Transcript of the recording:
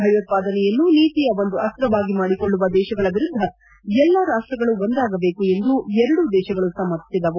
ಭಯೋತ್ಸಾದನೆಯನ್ನು ನೀತಿಯ ಒಂದು ಅಸ್ತ್ರವಾಗಿ ಮಾಡಿಕೊಳ್ಳುವ ದೇಶಗಳ ವಿರುದ್ಧ ಎಲ್ಲ ರಾಷ್ಕಗಳು ಒಂದಾಗಬೇಕು ಎಂದು ಎರಡೂ ದೇಶಗಳು ಸಮ್ಮತಿಸಿದವು